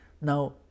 Now